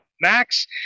max